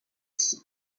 qui